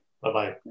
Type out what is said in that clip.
Bye-bye